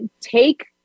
take